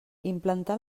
implantar